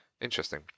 Interesting